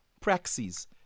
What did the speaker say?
praxis